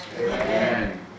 Amen